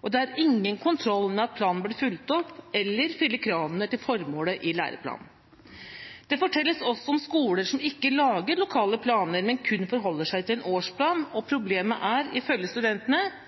og det er ingen kontroll med at planene blir fulgt opp, eller at de fyller kravene til formålet i læreplanen. Det fortelles også om skoler som ikke lager lokale planer, men kun forholder seg til en årsplan, og problemet er, ifølge studentene,